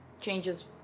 changes